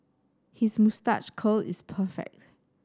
his moustache curl is perfect